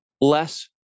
Less